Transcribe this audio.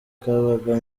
kabaga